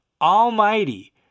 almighty